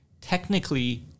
technically